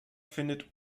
findet